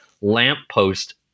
lamppost